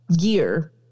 year